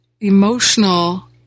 emotional